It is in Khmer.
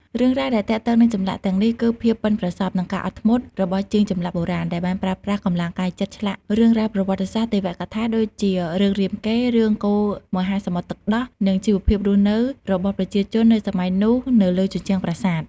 រឿងរ៉ាវដែលទាក់ទងនឹងចម្លាក់ទាំងនេះគឺភាពប៉ិនប្រសប់ និងការអត់ធ្មត់ របស់ជាងចម្លាក់បុរាណ ដែលបានប្រើប្រាស់កម្លាំងកាយចិត្តឆ្លាក់រឿងរ៉ាវប្រវត្តិសាស្ត្រ ទេវកថា ដូចជារឿងរាមកេរ្តិ៍ រឿងកូរមហាសមុទ្រទឹកដោះ និងជីវភាពរស់នៅរបស់ប្រជាជននៅសម័យនោះនៅលើជញ្ជាំងប្រាសាទ។